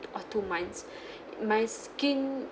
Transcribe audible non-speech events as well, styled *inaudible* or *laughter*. or two months *breath* my skin